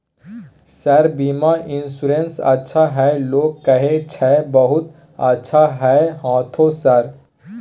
Sir बीमा insurance अच्छा है लोग कहै छै बहुत अच्छा है हाँथो सर?